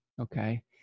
okay